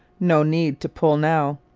no need to pull now!